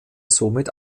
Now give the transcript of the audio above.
somit